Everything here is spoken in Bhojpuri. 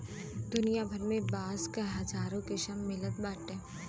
दुनिया भर में बांस क हजारो किसिम मिलत बाटे